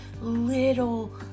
little